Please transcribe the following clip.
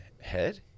Head